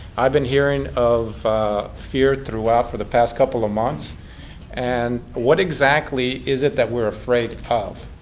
i've been hearing of fear throughout for the past couple of months and what exactly is it that we're afraid of?